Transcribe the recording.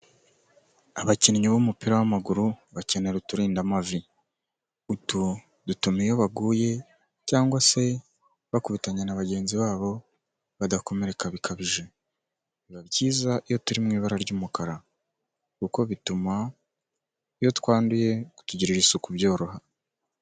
Abakinnyi b'umupira w'amaguru bakenera uturinda mavi, utu dutuma iyo baguye cyangwa se bakubitanya na bagenzi babo badakomereka bikabije, biba byiza iyo turi mu ibara ry'umukara, kuko bituma iyo twanduye kutugirira isuku byoroha.